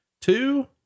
two